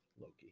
Loki